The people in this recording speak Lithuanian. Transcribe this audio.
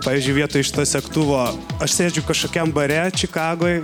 pavyzdžiui vietoj šito segtuvo aš sėdžiu kažkokiam bare čikagoj